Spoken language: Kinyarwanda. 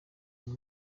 umwe